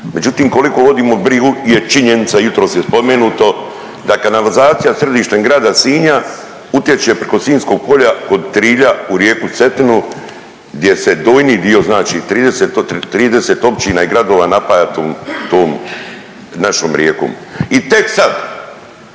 međutim koliko vodimo brigu je činjenica, jutros je spomenuto, da kanalizacija središtem grada Sinja utječe preko Sinjskog polja kod Trilja u rijeku Cetinu gdje se donji dio, znači 30, 30 općina i gradova napaja tom, tom našom rijekom i tek sad